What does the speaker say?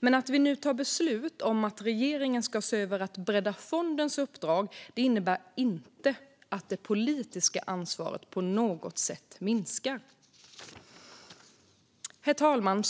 Att vi nu tar beslut om att regeringen ska se över att bredda fondens uppdrag innebär dock inte att det politiska ansvaret på något sätt minskar. Herr talman!